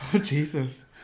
Jesus